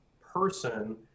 person